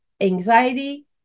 anxiety